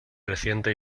reciente